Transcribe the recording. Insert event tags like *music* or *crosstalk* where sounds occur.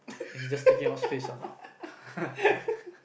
I just taking up space ah now *laughs*